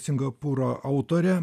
singapūro autorę